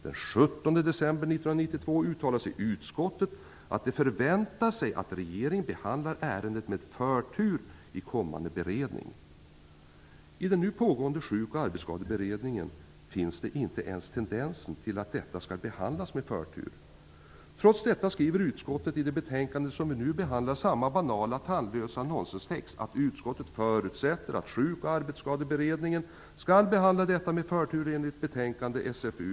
Den 17 december 1992 uttalar sig utskottet att man förväntar sig att regeringen behandlar ärendet med förtur i en kommande beredning. I den nu pågående Sjuk och arbetsskadeberedningen finns det inte ens tendens till att detta skall behandlas med förtur. Trots det skriver utskottet i detta betänkande samma banala tandlösa nonsenstext, att utskottet förutsätter att Sjuk och arbetsskadeberedningen skall behandla ärendet med förtur enligt betänkade SfU8.